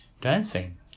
dancing